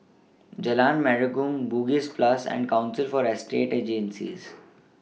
Jalan Menarong Bugis Plus and Council For Estate Agencies